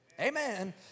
Amen